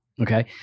Okay